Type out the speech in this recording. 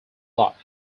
lot